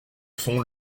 son